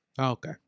Okay